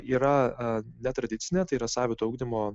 yra netradicinė tai yra savito ugdymo